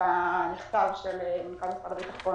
גם משרד הביטחון